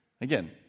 Again